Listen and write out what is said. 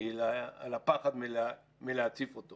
היא על הפחד מלהציף אותו